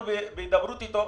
אנחנו בהידברות איתו.